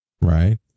Right